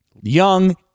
Young